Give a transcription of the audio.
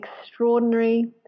extraordinary